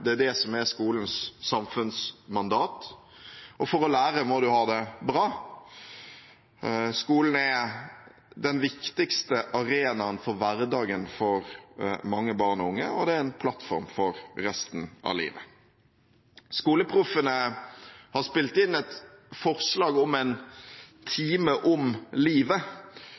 det er det som er skolens samfunnsmandat, og for å lære må en ha det bra. Skolen er den viktigste arenaen i hverdagen for mange barn og unge, og det er en plattform for resten av livet. SkoleProffene har spilt inn et forslag om en time om